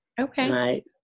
Okay